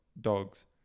dogs